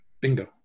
Bingo